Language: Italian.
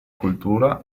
cultura